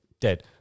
dead